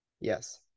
yes